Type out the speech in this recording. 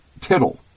tittle